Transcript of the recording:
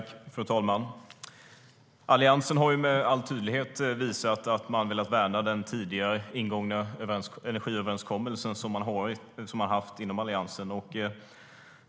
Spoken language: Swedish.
Fru talman! Alliansen har med all tydlighet visat att man har velat värna den tidigare ingångna energiöverenskommelse som man har haft inom Alliansen.